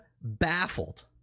baffled